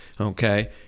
Okay